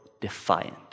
defiant